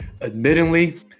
Admittedly